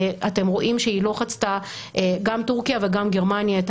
אתם רואים שגם טורקיה וגם גרמניה לא